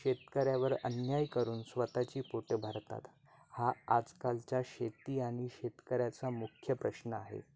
शेतकऱ्यावर अन्याय करून स्वतःची पोटे भरतात हा आजकालच्या शेती आणि शेतकऱ्याचा मुख्य प्रश्न आहे